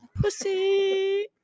Pussy